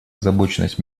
озабоченность